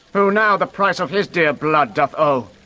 who now the price of this dear blood doth owe?